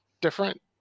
different